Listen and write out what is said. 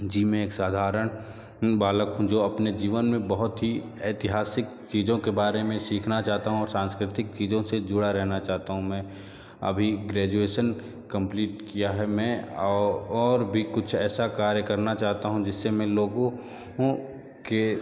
जी मैं एक साधारण बालक हूँ जो अपने जीवन में बहुत ही ऐतिहासिक चीज़ों के बारे में सीखना चाहता हूँ और सांस्कृतिक चीज़ों से जुड़ा रहना चाहता हूँ मैं अभी ग्रेजुएशन कम्पलीट किया है मैं और भी कुछ ऐसा कार्य करना चाहता हूँ जिससे मैं लोगों के